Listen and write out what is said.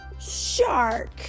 shark